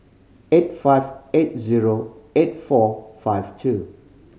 eight five eight zero eight four five two